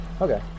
Okay